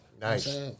Nice